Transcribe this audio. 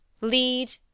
Lead